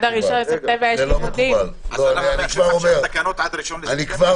אני אומר כבר